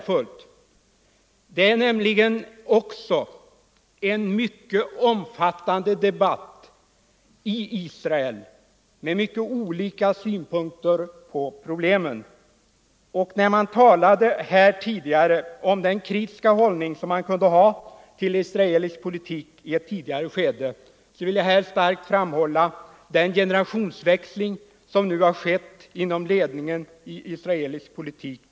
Fredagen den Det pågår ju en omfattande debatt i Israel med mycket olika synpunkter 22 november 1974 på problemen. När man här talat om den kritiska hållning man kunde ha till israelisk politik i ett tidigare skede vill jag starkt framhålla den = Ang. läget i generationsväxling som nu skett inom ledningen för israelisk politik.